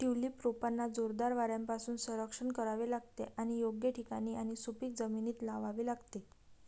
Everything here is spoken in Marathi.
ट्यूलिप रोपांना जोरदार वाऱ्यापासून संरक्षण करावे लागते आणि योग्य ठिकाणी आणि सुपीक जमिनीत लावावे लागते